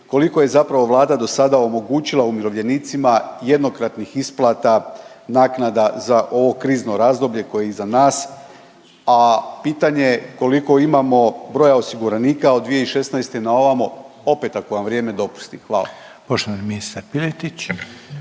koliko je zapravo Vlada dosada omogućila umirovljenicima jednokratnih isplata naknada za ovo krizno razdoblje koje je iza nas, a pitanje koliko imamo broja osiguranika od 2016. naovamo opet ako vam vrijeme dopusti. Hvala. **Reiner, Željko